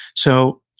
so,